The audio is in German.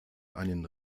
einen